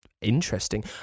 Interesting